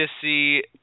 see